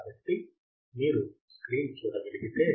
కాబట్టి మీరు స్క్రీన్ చూడగలిగితే